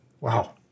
Wow